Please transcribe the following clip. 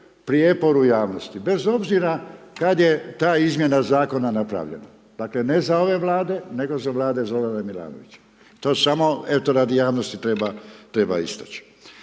prijepor u javnosti bez obzira kada je ta izmjena zakona napravljena. Dakle, ne za ove Vlade, nego za Vlade Zorana Milanovića, to samo eto radi javnosti treba istaći.